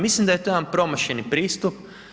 Mislim da je to jedan promašeni pristup.